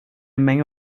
menge